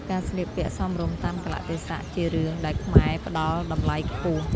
ការស្លៀកពាក់សមរម្យតាមកាលៈទេសៈ ជារឿងដែលខ្មែរផ្តល់តម្លៃខ្ពស់។